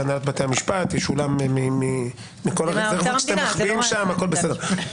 זה הנהלת בתי המשפט וישולם מכל מיני -- -שאתם מחביאים שם הכול בסדר.